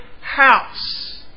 house